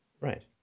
Right